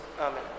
Amen